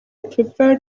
prefer